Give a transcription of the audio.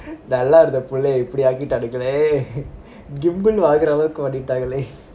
நல்லா இருந்த புள்ளைய இப்டி ஆகிட்டாங்களே:nalla iruntha pullaiya ipdi agitangale gimbal வாங்குற அளவுக்கு வந்துட்டாங்களே:vaangura alavuku vanthutaangle